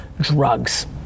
drugs